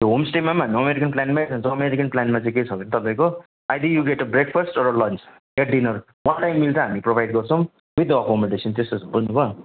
त्यो होमस्टेमा पनि हामी अमेरिकन प्लानमै खान्छौँ अमेरिकन प्लानमा चाहिँ के छ भने तपाईँको either you get a breakfast or a lunch या डिनर वाटर र मिल्क चाहिँ हामी प्रोभाइड गर्छौँ विद एकोमेडेसन त्यस्तो छ बुझ्नुभयो